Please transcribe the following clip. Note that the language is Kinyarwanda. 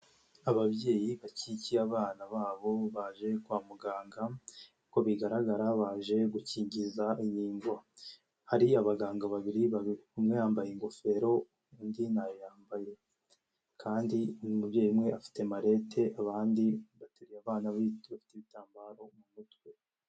Ababyeyi bakigikiye abana babo baje kwa muganga, uko bigaragara baje gukingiza inkingo. Hari abaganga babiri bari kumwe yambaye ingofero, undi nayambaye, kandi umubyeyi umwe afite marete abandi bateruye abana bafite ibitambaro umuhutwe.